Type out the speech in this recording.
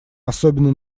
особенно